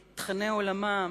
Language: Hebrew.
את תוכני עולמם,